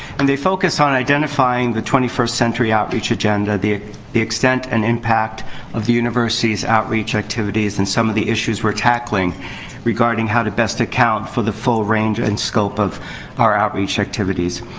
and they focus on identifying the twenty first century outreach agenda, the the extent and impact of the university's outreach activities, and some of the issues we're tackling regarding how to best account for the full range and scope of our outreach activities.